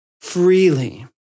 freely